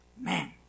Man